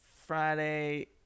Friday